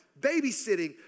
babysitting